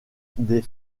des